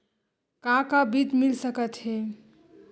का का बीज मिल सकत हे?